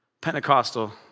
Pentecostal